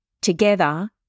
together